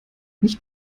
nicht